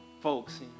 folks